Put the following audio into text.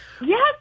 Yes